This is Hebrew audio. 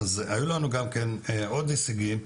היו לנו עוד הישגים.